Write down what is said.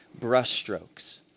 brushstrokes